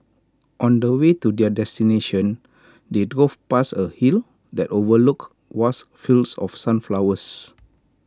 on the way to their destination they drove past A hill that overlooked vast fields of sunflowers